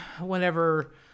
whenever